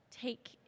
take